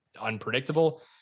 unpredictable